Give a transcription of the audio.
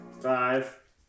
Five